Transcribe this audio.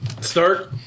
Start